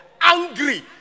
angry